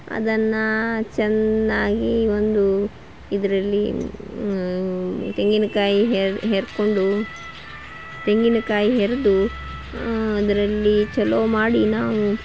ಅದನ್ನು ಚೆನ್ನಾಗಿ ಒಂದು ಇದರಲ್ಲಿ ತೆಂಗಿನಕಾಯಿ ಹೆರ್ಕೊಂಡು ತೆಂಗಿನಕಾಯಿ ಹೆರೆದು ಅದರಲ್ಲಿ ಚಲೋ ಮಾಡಿ ನಾವು